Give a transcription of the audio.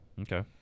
Okay